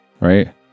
right